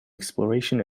exploration